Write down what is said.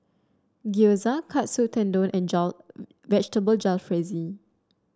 Gyoza Katsu Tendon and Vegetable Jalfrezi